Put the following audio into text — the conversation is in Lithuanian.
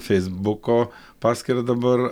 feisbuko paskyrą dabar